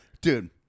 Dude